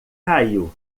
caiu